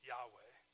Yahweh